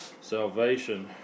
Salvation